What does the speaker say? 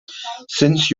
since